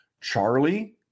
Charlie